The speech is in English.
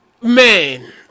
Man